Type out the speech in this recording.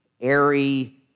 airy